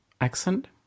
accent